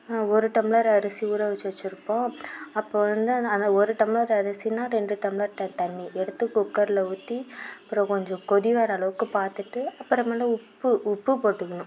ஒரு டம்ளர் அரிசி ஊற வச்சு வச்சுருப்போம் அப்போ வந்து அந்த ஒரு டம்ளர் அரிசினால் ரெண்டு டம்ளர்ட்ட தண்ணி எடுத்து குக்கரில் ஊற்றி அப்புறம் கொஞ்சம் கொதி வர அளவுக்கு பார்த்துட்டு அப்புறமேல உப்பு உப்பு போட்டுக்கணும்